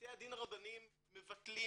בתי הדין הרבניים מבטלים